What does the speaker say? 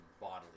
bodily